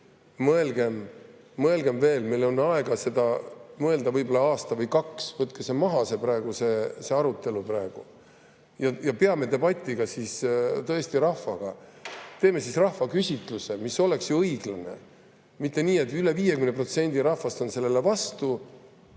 mõelgem veel. Meil on aega seda mõelda võib-olla aasta või kaks. Võtke maha see arutelu praegu. Peame debatti ka rahvaga, teeme rahvaküsitluse, mis oleks ju õiglane. Mitte nii, et üle 50% rahvast on sellele vastu